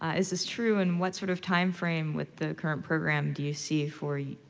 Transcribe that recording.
is this true, and what sort of timeframe with the current program do you see for you,